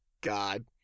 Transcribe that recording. God